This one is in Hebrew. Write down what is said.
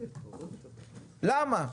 למה?